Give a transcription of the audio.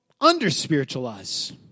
under-spiritualize